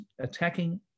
attacking